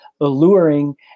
alluring